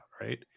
right